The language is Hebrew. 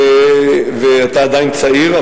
ואתה עדיין צעיר,